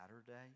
Saturday